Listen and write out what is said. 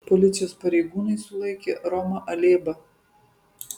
policijos pareigūnai sulaikė romą alėbą